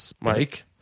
Mike